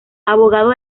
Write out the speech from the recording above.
abogado